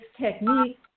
technique